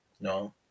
No